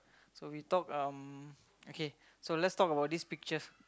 so we talk um okay let's talk about these pictures